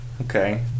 Okay